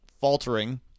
faltering